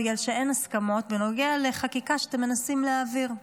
בגלל שאין הסכמות בנוגע לחקיקה שאתם מנסים להעביר,